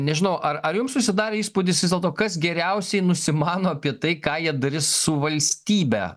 nežinau ar ar jum susidarė įspūdis vis dėlto kas geriausiai nusimano apie tai ką jie darys su valstybe